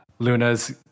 Luna's